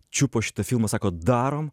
čiupo šitą filmą sako darom